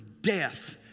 death